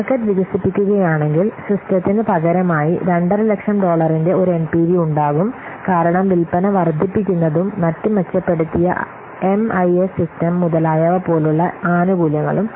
market വികസിപ്പിക്കുകയാണെങ്കിൽ സിസ്റ്റത്തിന് പകരമായി 250000 ഡോളറിന്റെ ഒരു എൻപിവി ഉണ്ടാകും കാരണം വിൽപന വർദ്ധിപ്പിക്കുന്നതും മറ്റ് മെച്ചപ്പെടുത്തിയ എംഐഎസ് സിസ്റ്റം മുതലായവ പോലുള്ള ആനുകൂല്യങ്ങളും